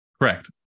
Correct